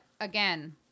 again